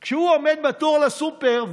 הוא עומד בתור לסופר,